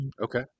Okay